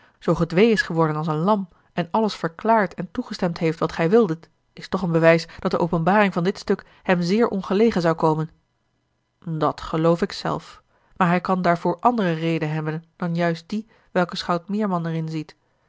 zoo gedwee is geworden als een lam en alles verklaard en toegestemd heeft wat gij wildet is toch een bewijs dat de openbaring van dit stuk hem zeer ongelegen zou komen dat geloof ik zelf maar hij kan daarvoor andere redenen hebben dan juist die welke schout meerman er in ziet